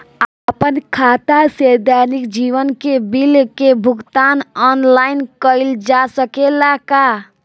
आपन खाता से दैनिक जीवन के बिल के भुगतान आनलाइन कइल जा सकेला का?